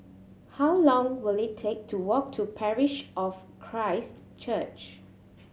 how long will it take to walk to Parish of Christ Church